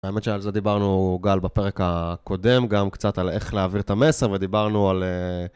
האמת שעל זה דיברנו, גל, בפרק הקודם, גם קצת על איך להעביר את המסר ודיברנו על...